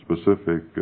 specific